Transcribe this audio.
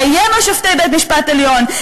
לאיים על שופטי בית-משפט עליון,